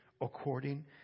according